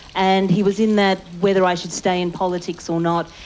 and he was in that whether i should stay in politics or not.